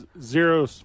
zero